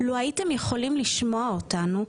לו הייתם יכולים לשמוע אותנו,